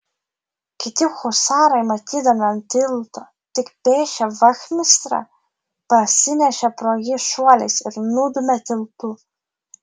kiti husarai matydami ant tilto tik pėsčią vachmistrą pasinešė pro jį šuoliais ir nudūmė tiltu